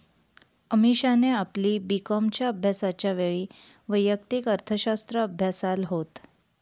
अमीषाने आपली बी कॉमच्या अभ्यासाच्या वेळी वैयक्तिक अर्थशास्त्र अभ्यासाल होत